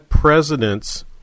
presidents